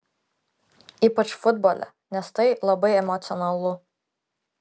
ypač futbole nes tai labai emocionalu